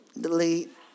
Delete